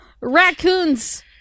raccoons